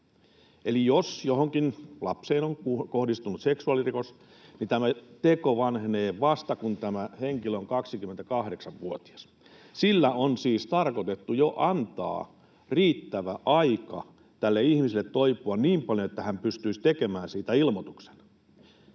Eli jos johonkin lapseen on kohdistunut seksuaalirikos, niin tämä teko vanhenee vasta, kun tämä henkilö on 28‑vuotias. Sillä on siis tarkoitettu jo antaa riittävä aika tälle ihmiselle toipua niin paljon, että hän pystyisi tekemään siitä ilmoituksen.